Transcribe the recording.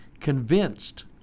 convinced